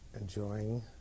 enjoying